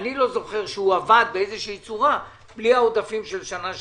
אני לא זוכר שהוא עבד באיזו צורה בלי העודפים של שנה שעברה.